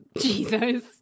Jesus